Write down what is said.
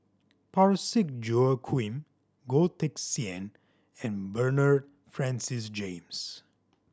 Parsick Joaquim Goh Teck Sian and Bernard Francis James